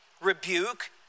rebuke